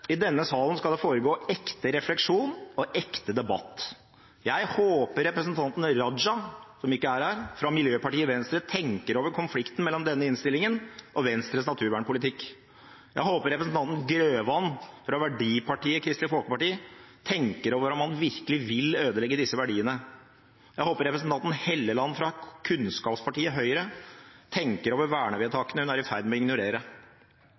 I denne salen skal det foregå ekte refleksjon og ekte debatt. Jeg håper representanten Raja, som ikke er her, fra miljøpartiet Venstre, tenker over konflikten mellom denne innstillingen og Venstres naturvernpolitikk. Jeg håper representanten Grøvan, fra verdipartiet Kristelig Folkeparti, tenker over om han virkelig vil ødelegge disse verdiene. Jeg håper representanten Hofstad Helleland, fra kunnskapspartiet Høyre, tenker over vernevedtakene hun er i ferd med å ignorere.